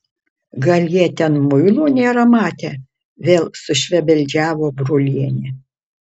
gal jie ten muilo nėra matę vėl sušvebeldžiavo brolienė